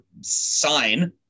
sign